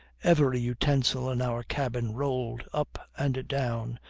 every utensil in our cabin rolled up and down,